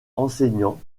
enseignant